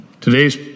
Today's